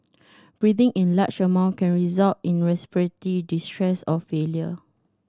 breathing in large amount can result in respiratory distress or failure